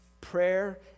Prayer